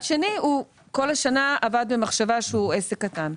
שני הוא כל השנה עבד במחשבה שהוא עסק קטן,